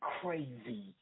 crazy